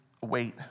wait